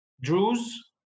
Druze